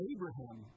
Abraham